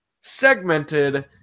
segmented